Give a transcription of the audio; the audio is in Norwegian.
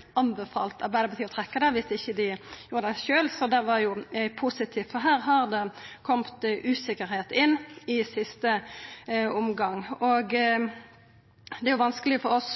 Arbeidarpartiet. Eg hadde tilrådd Arbeidarpartiet å trekkja det dersom dei ikkje hadde gjort det sjølv, så det var jo positivt. Her har det kome noko usikkert inn i siste omgang. Det er vanskeleg for oss